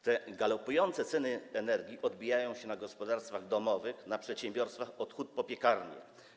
Te galopujące ceny energii odbijają się na gospodarstwach domowych, na przedsiębiorstwach od hut po piekarnie.